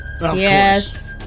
Yes